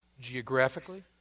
geographically